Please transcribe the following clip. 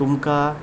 तुमकां